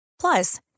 Plus